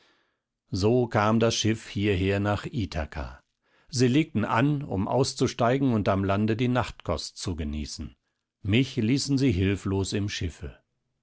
so kam das schiff hierher nach ithaka sie legten an um auszusteigen und am lande die nachtkost zu genießen mich ließen sie hilflos im schiffe